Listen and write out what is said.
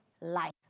life